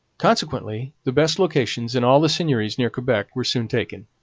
consequently the best locations in all the seigneuries near quebec were soon taken,